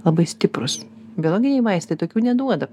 labai stiprūs biologiniai vaistai tokių neduoda